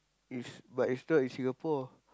is but it's in Singapore